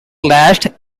clashed